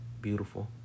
Beautiful